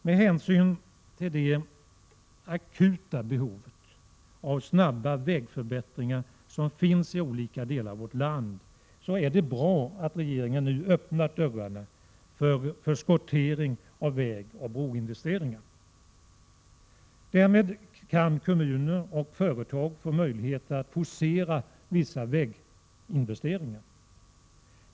Med hänsyn till det akuta behov som finns av snabba vägförbättringar i olika delar av vårt land, är det bra att regeringen nu öppnat dörrarna för förskottering av vägoch broinvesteringar. Därmed kan kommuner och företag få möjligheter att forcera vissa väginvesteringar.